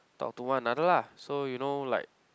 talk to one another lah so you know like